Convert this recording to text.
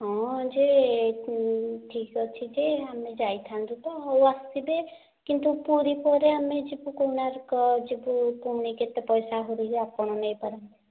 ହଁ ଯେ ଠିକ ଅଛି ଯେ ଆମେ ଯାଇଥାଆନ୍ତୁ ତ ହେଉ ଆସିବେ କିନ୍ତୁ ପୁରୀ ପରେ ଆମେ ଯିବୁ କୋଣାର୍କ ଯିବୁ ପୁଣି କେତେ ପଇସା ଆହୁରି ଆପଣ ନେଇପାରନ୍ତି